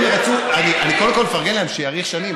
אני קודם כול מפרגן להם: שיאריך שנים,